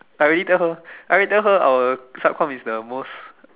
I already tell her I already tell her our sub com is the most